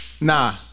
Nah